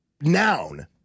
noun